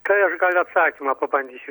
tai aš gal atsakymą pabandysiu